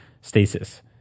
stasis